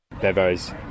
Bevo's